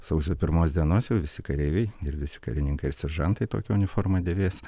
sausio pirmos dienos jau visi kareiviai ir visi karininkai ir seržantai tokią uniformą dėvės